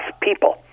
people